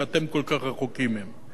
שאתם כל כך רחוקים מהם.